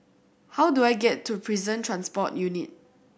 how do I get to Prison Transport Unit